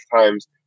times